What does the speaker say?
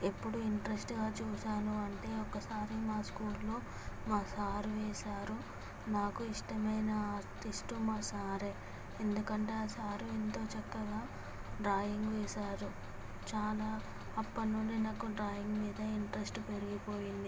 ఎప్పుడు ఇంట్రెస్ట్ గా చేసాను అంటే ఒకసారి మా స్కూల్లో మా సార్ వేశారు నాకు ఇష్టమైన ఆర్టిస్టు మా సారే ఎందుకంటే ఆ సారు ఎంతో చక్కగా డ్రాయింగ్ వేశారు చాలా అప్పటి నుండి నాకు డ్రాయింగ్ మీద ఇంట్రెస్ట్ పెరిగిపోయింది